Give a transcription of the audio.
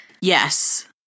yes